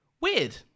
weird